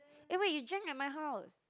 eh wait you drank at my house